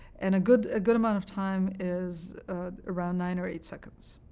and good ah good amount of time is around nine or eight seconds.